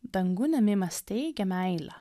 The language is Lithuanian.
dangun ėmimas teikia meilę